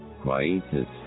Quietus